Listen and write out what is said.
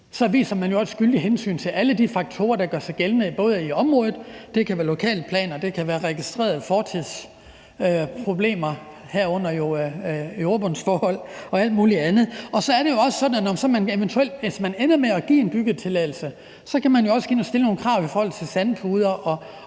så viser man jo også skyldigt hensyn til alle de faktorer, der gør sig gældende i området; det kan være lokalplaner, og det kan være registrerede fortidsproblemer, herunder jordbundsforhold og alt muligt andet. Så er det jo også sådan, at man, hvis man ender med at give en byggetilladelse, kan gå ind og stille nogle krav i forhold til sandpuder og